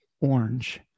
orange